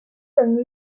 comme